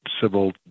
civil